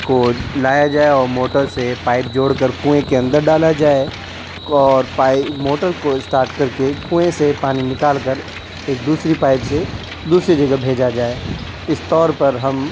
کو لایا جائے اور موٹر سے پائپ جوڑ کر کنویں کے اندر ڈالا جائے اور پائیپ موٹر کو اسٹارٹ کر کے کنوں سے پانی نکال کر ایک دوسری پائپ سے دوسری جگہ بھیجا جائے اس طور پر ہم